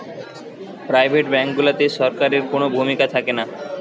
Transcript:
private bank গুলাতে সরকারের কুনো ভূমিকা থাকেনা